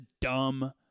dumb